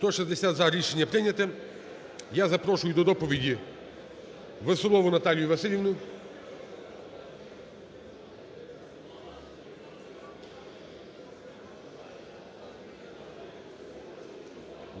За-160 Рішення прийняте. Я запрошую до доповідіВеселову Наталію Василівну.